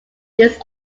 these